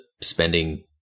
spending